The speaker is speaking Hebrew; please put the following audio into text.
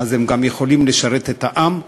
אז הם גם יכולים לשרת את העם,